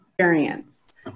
experience